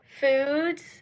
foods